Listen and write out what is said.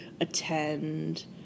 attend